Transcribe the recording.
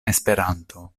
esperanto